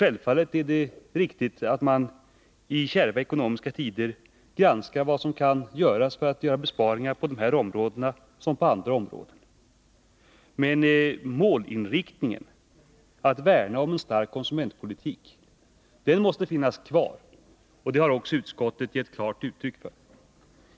Självfallet är det riktigt att man i kärva ekonomiska tider genomför en granskning för att göra besparingar på dessa områden liksom på andra. Men målinriktningen, att värna om en stark konsumentpolitik, måste finnas kvar. Den har också utskottet givit uttryck för.